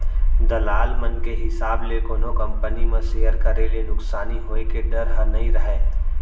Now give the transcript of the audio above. दलाल मन के हिसाब ले कोनो कंपनी म सेयर करे ले नुकसानी होय के डर ह नइ रहय